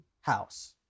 house